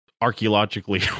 archaeologically